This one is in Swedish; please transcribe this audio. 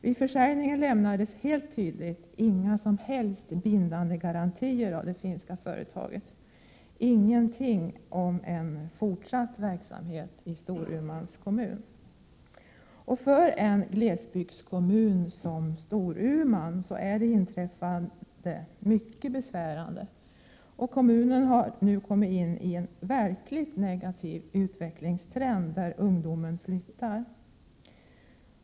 Vid försäljningen lämnades helt tydligt inga som helst bindande garantier av det finska företaget, ingenting om fortsatt verksamhet i Storumans kommun. För en glesbygdskommun som Storuman är det inträffade mycket besvärande, och kommunen har kommit in i en verkligt negativ utvecklingstrend — där ungdomen flyttar.